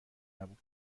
نبود